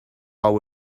will